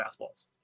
fastballs